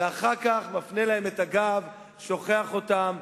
ואחר כך מפנה להן את הגב, שוכח אותן.